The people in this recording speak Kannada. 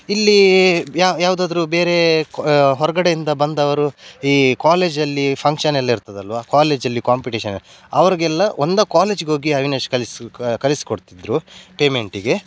ಇಲ್ಲಿ ಯಾವುದಾದ್ರು ಬೇರೆ ಹೊರಗಡೆಯಿಂದ ಬಂದವರು ಈ ಕಾಲೇಜಲ್ಲಿ ಫಂಕ್ಷನೆಲ್ಲ ಇರ್ತದಲ್ಲವ ಕಾಲೇಜಲ್ಲಿ ಕಾಂಪಿಟೇಷನ್ ಅವ್ರಿಗೆಲ್ಲ ಒಂದು ಕಾಲೇಜ್ಗೋಗಿ ಅವಿನಾಶ್ ಕಲಿಸಿ ಕಲಿಸಿಕೊಡ್ತಿದ್ರು ಪೇಮೆಂಟಿಗೆ